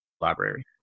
library